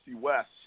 West